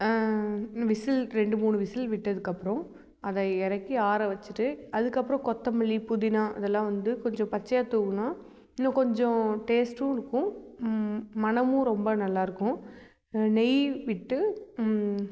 whistle ரெண்டு மூணு whistle விட்டதுக்கப்புறம் அதை இறக்கி ஆற வச்சிட்டு அதுக்கப்றம் கொத்தமல்லி புதினா அதெல்லாம் வந்து கொஞ்சம் பச்சையாக தூவுனால் இன்னும் கொஞ்சம் டேஸ்ட்டும் இருக்கும் மனமும் ரொம்ப நல்லா இருக்கும் நெய் விட்டு